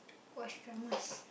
watch dramas